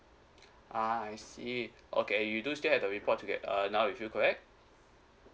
ah I see okay you do state at the report to get a null with you correct